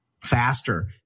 faster